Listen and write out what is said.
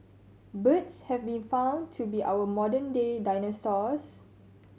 birds have been found to be our modern day dinosaurs